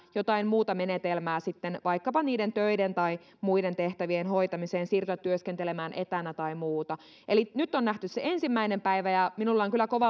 jotain muuta menetelmää sitten vaikkapa niiden töiden tai muiden tehtävien hoitamiseen siirtyä työskentelemään etänä tai muuta eli nyt on nähty se ensimmäinen päivä ja minulla on kyllä joka